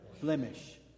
blemish